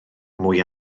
mwy